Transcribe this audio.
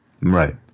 Right